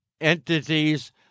entities